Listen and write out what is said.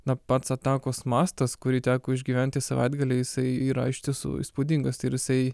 na pats atakos mastas kurį teko išgyventi savaitgalį jisai yra iš tiesų įspūdingas ir jisai